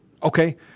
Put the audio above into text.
Okay